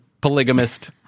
polygamist